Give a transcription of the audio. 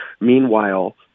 Meanwhile